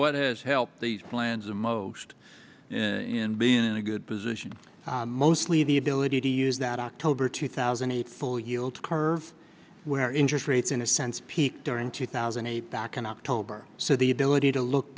what is help these plans and most in being in a good position mostly the ability to use that october two thousand and eight full yield curve where interest rates in a sense peak during two thousand and eight back in october so the ability to look